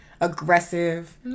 aggressive